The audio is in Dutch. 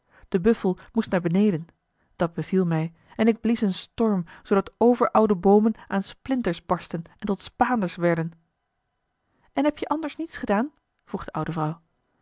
de buffel moest naar beneden dat beviel mij en ik blies een storm zoodat overoude boomen aan splinters barstten en tot spaanders werden en heb je anders niets gedaan vroeg de oude vrouw